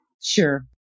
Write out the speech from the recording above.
Sure